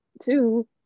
two